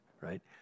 right